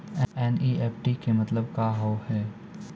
NEFT के मतलब का होव हेय?